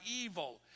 evil